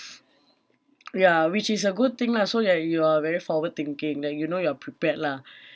ya which is a good thing lah so that you are very forward thinking like you know you're prepared lah